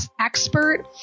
expert